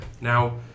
Now